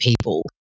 people